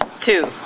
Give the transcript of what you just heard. two